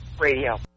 Radio